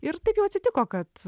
ir taip jau atsitiko kad